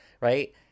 Right